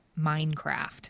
Minecraft